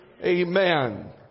Amen